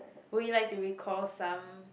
would you like to recall some